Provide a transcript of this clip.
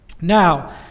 Now